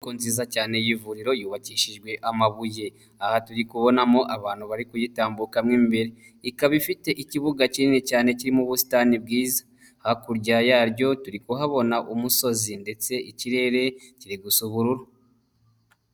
Inyubako nziza cyane y'ivuriro yubakishijwe amabuye, aha turi kubonamo abantu bari kuyitambukamo imbere, ikaba ifite ikibuga kinini cyane kirimo ubusitani bwiza, hakurya yaryo turi kuhabona umusozi ndetse ikirere kiri gusa ubururu.